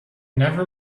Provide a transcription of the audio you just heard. never